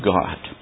God